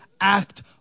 act